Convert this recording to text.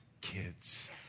kids